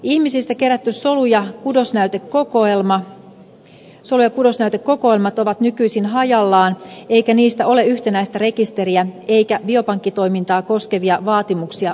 ihmisistä kerätyt solu ja kudosnäytekokoelmat ovat nykyisin hajallaan eikä niistä ole yhtenäistä rekisteriä eikä biopankkitoimintaa koskevia vaatimuksia ole kirjattu